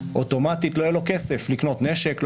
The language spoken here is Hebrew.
אוטומטית לא יהיה לו כסף לקנות נשק,